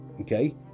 okay